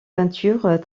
peintures